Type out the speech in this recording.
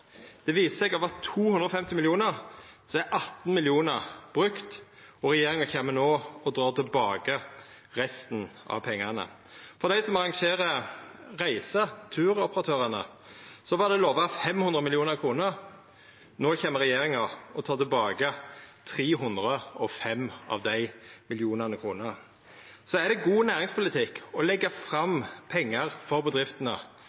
Det viste seg å vera 250 mill. kr, og så er 18 mill. kr brukt, og regjeringa kjem no til å dra tilbake resten av pengane. For dei som arrangerer reiser, turoperatørane, var det lova 500 mill. kr. No kjem regjeringa og tek tilbake 305 av dei millionane. Det er god næringspolitikk å leggja fram pengar for bedriftene,